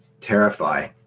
terrify